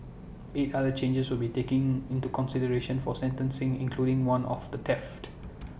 eight other charges will be taken into consideration for sentencing including one of theft